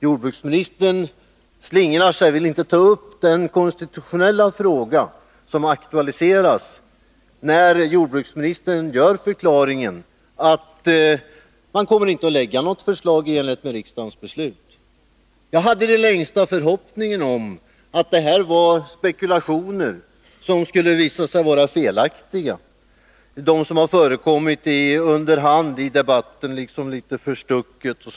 Jordbruksministern slingrar sig och vill inte ta upp den konstitutionella fråga som aktualiseras när jordbruksministern kommer med förklaringen att han inte skall lägga fram något förslag i enlighet med riksdagens beslut. Jag hade i det längsta en förhoppning om att det som har förekommit under hand i debatten, liksom litet förstucket, var spekulationer, som skulle visa sig vara felaktiga.